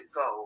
go